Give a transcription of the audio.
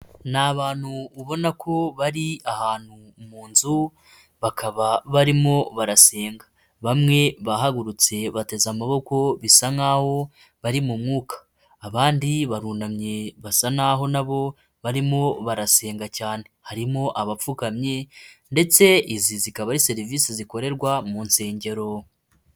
Ni abantu ubona ko bari ahantu mu nzu, bakaba barimo barasenga, bamwe bahagurutse bateze amaboko bisa bari mu mwuka, abandi barunamye basa naho nabo barimo barasenga cyane, harimo abapfukamye, ndetse izi zikaba ari serivisi zikorerwa mu nsengero.